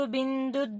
Bindu